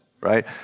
right